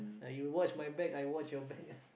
ah you watch my back I watch your back